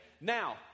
Now